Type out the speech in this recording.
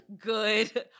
good